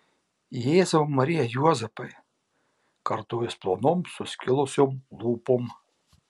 jėzau marija juozapai kartojo jis plonom suskilusiom lūpom